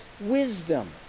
wisdom